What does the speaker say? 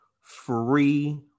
free